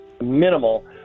minimal